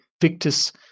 Victus